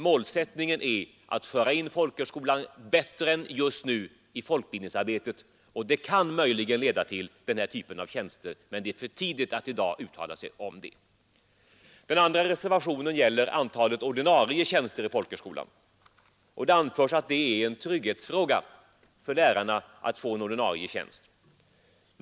Målsättningen är att föra in folkhögskolan bättre än nu i folkbildningsarbetet, och det kan möjligen leda till den här typen av tjänster, men det är för tidigt att i dag uttala sig om det. Den andra reservationen gäller antalet ordinarie tjänster i folkhögskolan. Där anförs att det är en trygghetsfråga för lärarna att få en ordinarie tjänst.